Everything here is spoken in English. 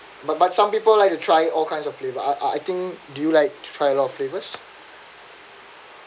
but but some people like to try all kinds of flavour I I think do you like to try a lot of flavors